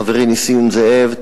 חברי נסים זאב,